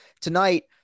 tonight